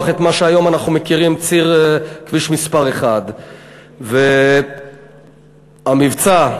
את מה שהיום אנחנו מכירים ככביש מס' 1. המבצע,